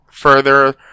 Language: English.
further